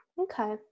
Okay